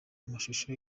amashusho